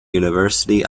university